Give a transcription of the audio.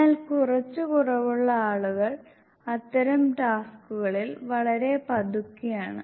എന്നാൽ കുറച്ച് കുറവുള്ള ആളുകൾ അത്തരം ടാസ്കുകളിൽ വളരെ പതുക്കെയാണ്